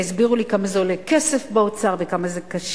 והסבירו לי באוצר כמה כסף זה עולה וכמה זה קשה.